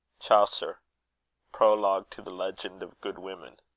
chaucer prologue to the legend of good women.